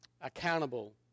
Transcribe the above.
accountable